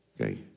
Okay